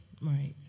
Right